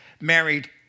married